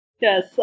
Yes